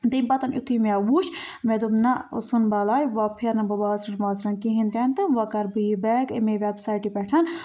تَمہِ پَتٮ۪ن یُتھُے مےٚ وُچھ مےٚ دوٚپ نہَ ژھُن بَلاے وۄنۍ پھیرٕ نہٕ بازرٕ وازرَن کِہیٖنٛۍ تہِ نہٕ وۄنۍ کَرٕ بہٕ یہِ بیگ اَمے وٮ۪ب سایٹہِ پٮ۪ٹھٮ۪ن